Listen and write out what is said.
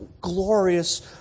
glorious